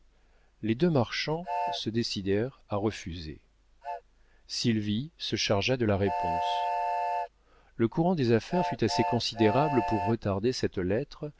les deux marchands se décidèrent à refuser sylvie se chargea de la réponse le courant des affaires fut assez considérable pour retarder cette lettre